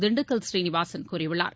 திண்டுக்கல் சீனிவாசன் கூறியுள்ளார்